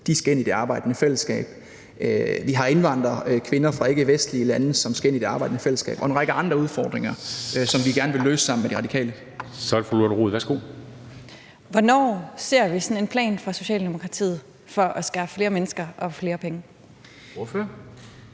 De skal ind i det arbejdende fællesskab. Vi har indvandrerkvinder fra ikkevestlige lande, som skal ind i det arbejdende fællesskab, og en række andre udfordringer, som vi gerne vil løse sammen med De Radikale. Kl. 09:25 Formanden (Henrik Dam Kristensen): Så er det fru Lotte Rod. Værsgo. Kl. 09:25 Lotte Rod (RV): Hvornår ser vi sådan en plan fra Socialdemokratiet for at skaffe flere mennesker og flere penge? Kl.